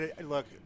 look